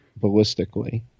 ballistically